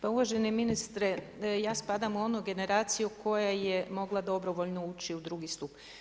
Pa, uvaženi ministre ja spadam u onu generaciju koja je mogla dobrovoljno ući u II. stup.